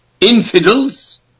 infidels